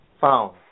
found